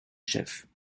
chefs